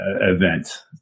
event